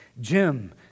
Jim